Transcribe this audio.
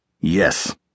Yes